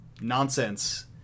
nonsense